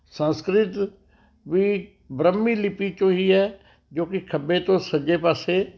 ਸੰਸਕ੍ਰਿਤ ਵੀ ਬ੍ਰਹਮੀ ਲਿਪੀ ਚੋਂ ਹੀ ਹੈ ਜੋ ਕਿ ਖੱਬੇ ਤੋਂ ਸੱਜੇ ਪਾਸੇ